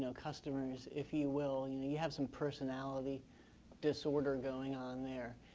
customers, if you will, you know you have some personality disorder going on there.